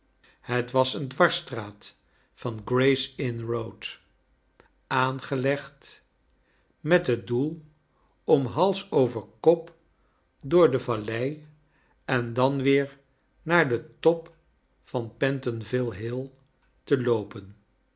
het was een dwarsstraat van gray's inn road aangelegd met het doel om hals over kop door de vallei en dan weer naar den top van pentonville hill te loopen